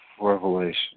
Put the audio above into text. Revelation